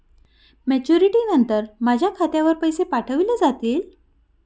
Maturity नंतर माझ्या खात्यावर पैसे पाठविले जातील?